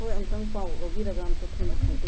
ꯍꯣꯏ ꯑꯃꯨꯛꯇꯪ ꯄꯥꯎ ꯂꯧꯕꯤꯔꯒ ꯑꯃꯨꯛꯇ ꯊꯨꯅ ꯍꯥꯏꯗꯣꯛꯄꯤꯔꯛꯑꯣ